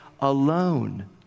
alone